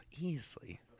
easily